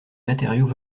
matériaux